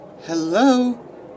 hello